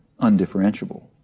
undifferentiable